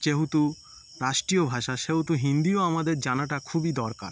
যেহেতু রাষ্ট্রীয় ভাষা সেহেতু হিন্দিও আমাদের জানাটা খুবই দরকার